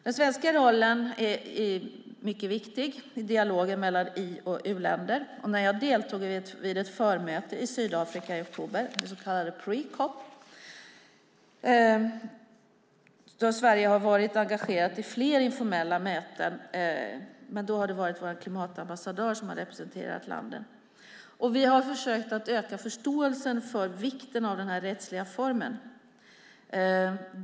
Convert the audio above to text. Den svenska rollen är mycket viktig i dialogen mellan i och u-länder. Jag deltog vid ett förmöte i Sydafrika i oktober, det så kallade pre-COP, och Sverige har varit engagerat i flera informella mötena, men då har det varit vår klimatambassadör som har representerat landet. Vi har försökt öka förståelsen för vikten av den här rättsliga formen.